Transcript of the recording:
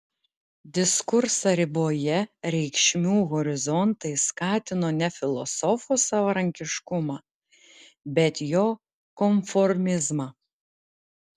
diskursą riboję reikšmių horizontai skatino ne filosofo savarankiškumą bet jo konformizmą